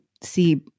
see